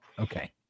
Okay